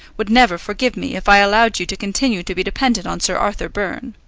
would never forgive me if i allowed you to continue to be dependent on sir arthur byrne.